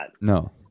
No